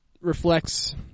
reflects